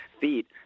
feet